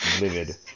Livid